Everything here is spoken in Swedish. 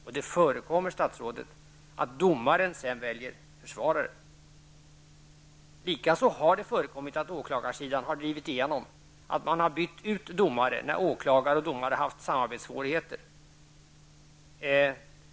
Och det förekommer, statsrådet, att domaren sedan väljer försvarare. Likaså har det förekommit att åklagarsidan har drivit igenom att man har bytt ut domare när åklagare och domare har haft samarbetssvårigheter.